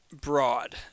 broad